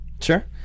Sure